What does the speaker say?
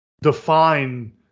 define